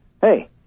Hey